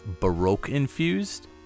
Baroque-infused